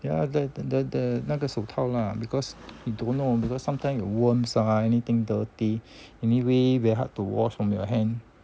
ya the the the 那个手套 lah because he don't know because sometimes 有 worms ah anything dirty anyway very hard to wash from your hand